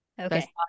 okay